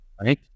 right